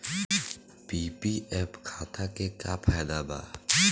PPF खाता के का फायदा बा?